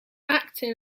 actin